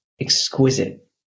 exquisite